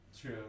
True